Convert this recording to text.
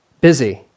busy